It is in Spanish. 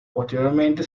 posteriormente